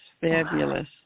fabulous